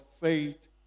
faith